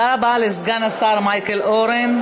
לסגן השר מייקל אורן.